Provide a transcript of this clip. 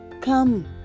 Come